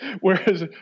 Whereas